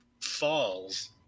falls